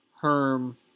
Herm